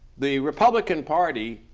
the republican party,